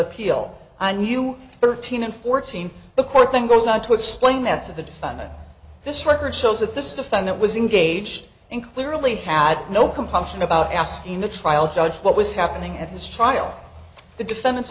appeal i knew thirteen and fourteen the court thing goes on to explain that to the defendant this record shows that this defendant was engaged in clearly had no compunction about asking the trial judge what was happening and this trial the defendant